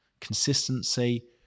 Consistency